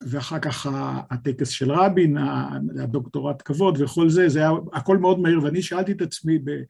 ‫ואחר כך הטקס של רבין, ‫הדוקטורט כבוד וכל זה, ‫זה היה הכול מאוד מהיר, ‫ואני שאלתי את עצמי ב...